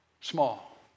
small